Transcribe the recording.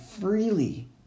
freely